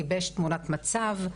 גיבש תמונת מצב,